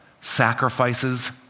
sacrifices